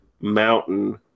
mountain